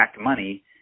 money